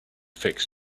fix